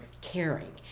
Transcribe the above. caring